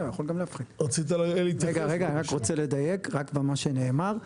אני רק רוצה לדייק במה שנאמר,